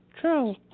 True